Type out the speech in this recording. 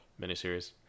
Miniseries